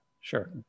sure